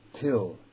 till